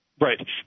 Right